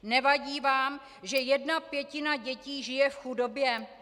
Nevadí vám, že jedna pětina dětí žije v chudobě?